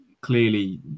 clearly